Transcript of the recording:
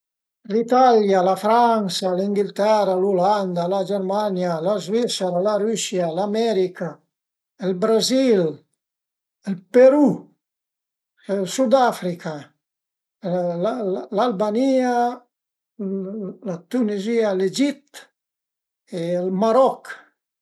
L'Italia, la Franse, l'Inghiltera, l'Ulanda, la Germania, la Zvisera, la Rüsia, l'America, ël Brazil, ël Perù, ël Sud Africa, l'Albanìa, la Tunizìa, l'Egit e ël Maroch